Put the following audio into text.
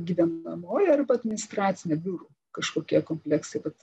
gyvenamoji arba administracinė biurų kažkokie kompleksai vat